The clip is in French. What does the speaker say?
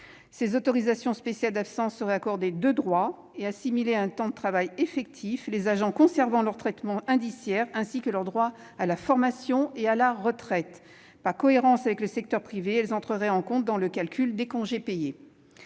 Ces autorisations spéciales d'absence étaient accordées de droit et étaient assimilées à un temps de travail effectif, les agents conservant leur traitement indiciaire ainsi que leurs droits à formation et à la retraite. Par cohérence avec le secteur privé, elles entraient également en compte pour le calcul des congés payés.